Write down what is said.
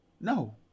No